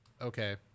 Okay